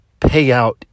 payout